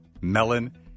melon